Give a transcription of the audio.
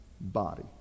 body